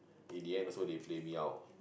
in the end also they play me out